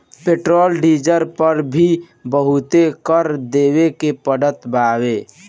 petrol diesel पअ भी बहुते कर देवे के पड़त हवे